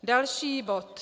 Další bod.